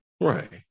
Right